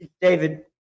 David